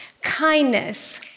Kindness